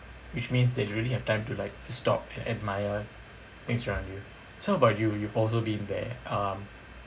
which means that you really have time to like stop and admire things around you so how about you you have also been there um